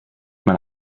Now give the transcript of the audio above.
man